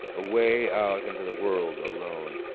away out into the world alone.